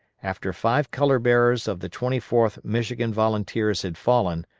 after five color-bearers of the twenty fourth michigan volunteers had fallen,